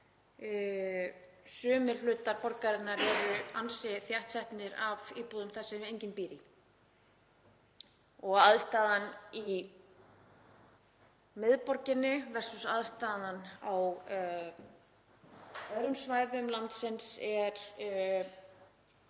sumir hlutar borgarinnar eru ansi þéttsetnir af íbúðum sem enginn býr í. Aðstaðan í miðborginni og aðstaðan á öðrum svæðum landsins er